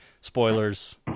spoilers